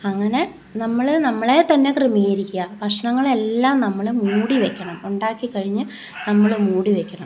അങ്ങനെ നമ്മൾ നമ്മളെ തന്നെ ക്രമീകരിക്കുക ഭക്ഷണങ്ങൾ എല്ലാം നമ്മൾ മൂടി വയ്ക്കണം ഉണ്ടാക്കിക്കഴിഞ്ഞ് നമ്മൾ മൂടി വയ്ക്കണം